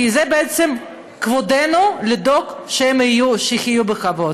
כי זה בעצם כבודנו לדור שהם יחיו בכבוד.